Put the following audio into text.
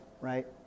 right